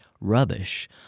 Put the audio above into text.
rubbish